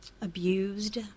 abused